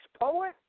poet